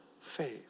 faith